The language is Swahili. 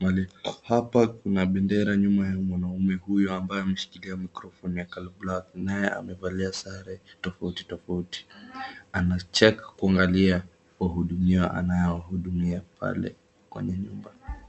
Mahali hapa kuna bendera nyuma ya mwanaume huyu ambaye ameshikilkia microphone ya colur black . Naye amevalia sare tofauti tofauti. Anacheka kuangalia wahudumiwa anayohudumia pale kwenye nyumba.